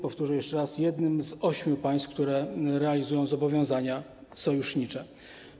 Powtórzę jeszcze raz: jednym z ośmiu państw, które realizują zobowiązania sojusznicze.